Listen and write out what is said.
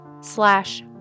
slash